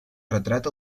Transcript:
retrat